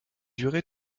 durer